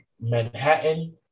Manhattan